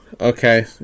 Okay